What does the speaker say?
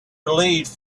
relieved